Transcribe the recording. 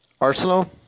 Arsenal